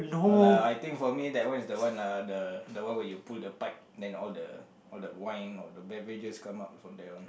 no lah I think for me that one is the one lah the the one where you pull the pipe then all the all the wine or the beverages come out from there one